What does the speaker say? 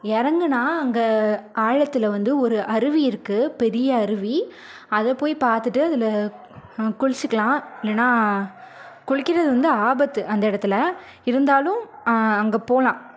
இறங்குனா அங்கே ஆழத்தில் வந்து ஒரு அருவி இருக்குது பெரிய அருவி அதை போய் பார்த்துட்டு அதில் குளித்துக்கலாம் இல்லைன்னா குளிக்கிறது வந்து ஆபத்து அந்த இடத்துல இருந்தாலும் அங்கே போகலாம்